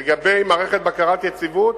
לגבי מערכת בקרת יציבות